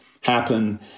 happen